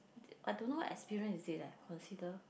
I don't know what experience is it leh consider